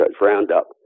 Roundup